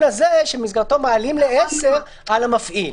הזה שבמסגרתו מעלים ל-10,000 על המפעיל.